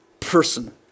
person